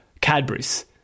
Cadbury's